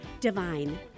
divine